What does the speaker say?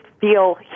feel